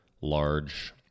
large